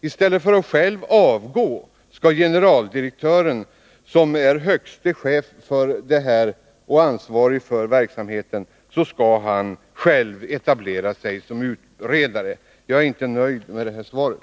I stället för att själv avgå skall generaldirektören, som är högste chef och ansvarig för verksamheten, själv etablera sig som utredare. Jag är inte nöjd med svaret.